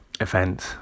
event